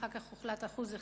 אחר כך הוחלט 1%,